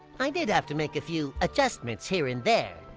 i did have to make a few adjustments here and there